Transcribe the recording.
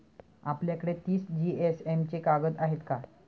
आपल्याकडे तीस जीएसएम चे कागद आहेत का?